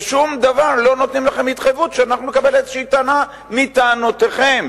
ולא נותנים לכם שום התחייבות שאנחנו נקבל טענה כלשהי מטענותיכם.